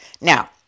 Now